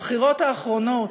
הבחירות האחרונות,